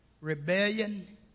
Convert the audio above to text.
rebellion